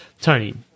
Tony